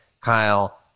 Kyle